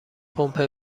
پمپ